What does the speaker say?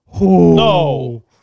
No